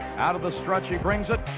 out of the stretch he brings it,